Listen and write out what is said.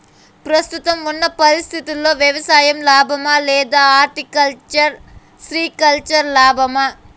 ప్రస్తుతం ఉన్న పరిస్థితుల్లో వ్యవసాయం లాభమా? లేదా హార్టికల్చర్, సెరికల్చర్ లాభమా?